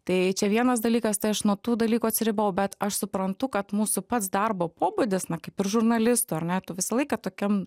tai čia vienas dalykas tai aš nuo tų dalykų atsiribojau bet aš suprantu kad mūsų pats darbo pobūdis na kaip žurnalistų ar ne tu visą laiką tokiam